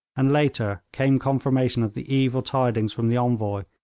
and later came confirmation of the evil tidings from the envoy,